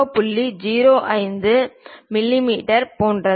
05 மிமீ போன்றது